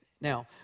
Now